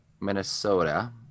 Minnesota